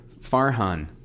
Farhan